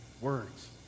words